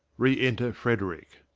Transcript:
re-enter frederick.